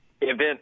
event